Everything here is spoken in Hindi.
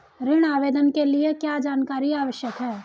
ऋण आवेदन के लिए क्या जानकारी आवश्यक है?